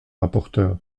rapporteur